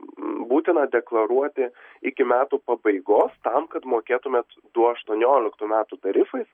būtina deklaruoti iki metų pabaigos tam kad mokėtumėt du aštuonioliktų metų tarifais